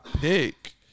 pick